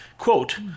Quote